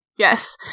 Yes